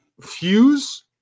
Fuse